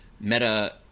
Meta